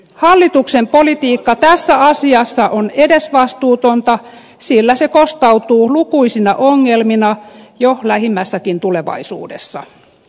hallituksen politiikka tässä asiassa on edesvastuutonta sillä se kostautuu lukuisina ongelmina jo lähimmässäkin tulevaisuudessa